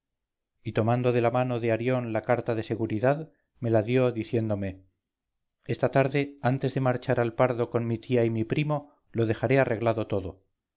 y tomando de mano de arión la carta de seguridad me la dio diciéndome esta tarde antes de marchar al pardo con mi tía y mi primo lo dejaré arreglado todo